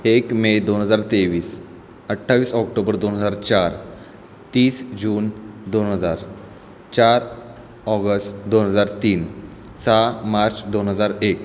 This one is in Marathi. एक मे दोन हजार तेवीस अठ्ठावीस ऑक्टोबर दोन हजार चार तीस जून दोन हजार चार ऑगस् दोन हजार तीन सहा मार्च दोन हजार एक